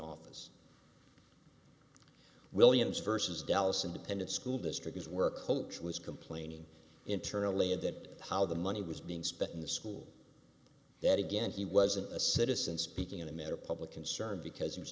office williams versus dallas independent school district is where a coach was complaining internally in that how the money was being spent in the school that again he wasn't a citizen speaking in a matter of public concern because he was